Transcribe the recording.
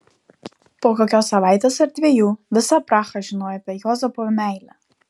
po kokios savaitės ar dviejų visa praha žinojo apie juozapo meilę